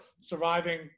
surviving